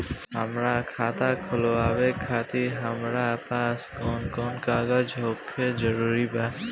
हमार खाता खोलवावे खातिर हमरा पास कऊन कऊन कागज होखल जरूरी बा?